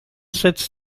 sets